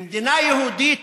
ומדינה יהודית,